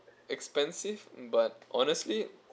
expensive but honestly